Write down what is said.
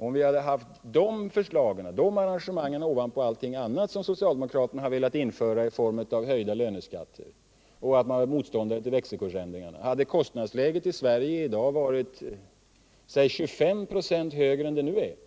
Om vi hade haft det arrangemanget ovanpå allting annat som socialdemokraterna har velat införa i form av höjda löneskatter— samtidigt som de har varit motståndare till växelkursändringarna — så hade kostnadsläget i Sverige i dag varit kanske 25 96 högre än det nu är.